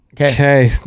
Okay